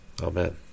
Amen